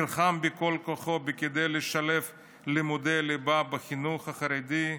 נלחם בכל כוחו כדי לשלב לימודי ליבה בחינוך החרדי,